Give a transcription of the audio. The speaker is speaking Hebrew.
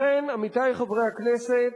לכן, עמיתי חברי הכנסת,